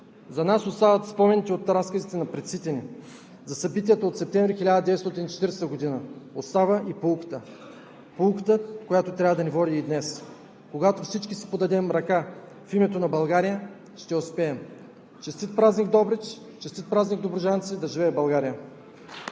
За нас остават спомените от разказите на предците ни за събитията от септември 1940 г., остава и поуката – поуката, която трябва да ни води и днес – когато всички си подадем ръка в името на България, ще успеем. Честит празник, Добрич! Честит празник, добруджанци! Да живее България!